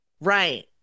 right